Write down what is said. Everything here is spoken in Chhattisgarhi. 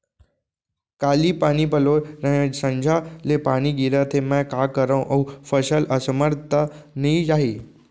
काली पानी पलोय रहेंव, संझा ले पानी गिरत हे, मैं का करंव अऊ फसल असमर्थ त नई जाही?